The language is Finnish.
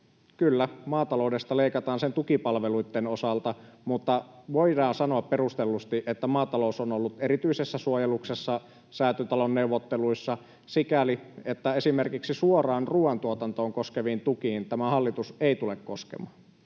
Kyllä, maataloudesta leikataan sen tukipalveluitten osalta, mutta voidaan sanoa perustellusti, että maatalous on ollut erityisessä suojeluksessa Säätytalon neuvotteluissa sikäli, että esimerkiksi suoraan ruoantuotantoa koskeviin tukiin tämä hallitus ei tule koskemaan.